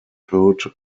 hood